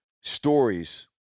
stories